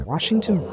Washington